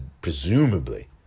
presumably